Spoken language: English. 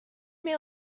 may